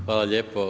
Hvala lijepo.